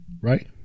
right